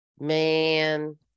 Man